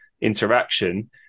interaction